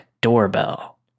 doorbell